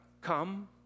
Come